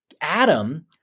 Adam